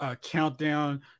countdown